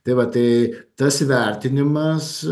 tai va tai tas įvertinimas